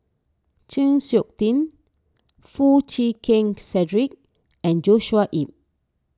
Chng Seok Tin Foo Chee Keng Cedric and Joshua Ip